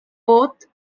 both